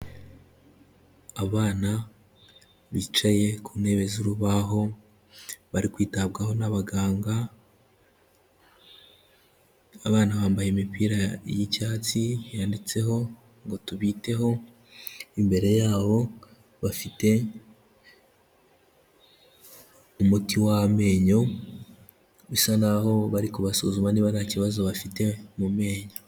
Abana bicaye ku ntebe z'urubaho, bari kwitabwaho n'abaganga, abana bambaye imipira y'icyatsi yanditseho ngo: "Tubiteho", imbere yabo bafite umuti w'amenyo bisa naho bari kubasuzuma niba nta kibazo bafite mu menyo.